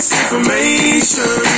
information